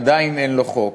עדיין אין לו חוק.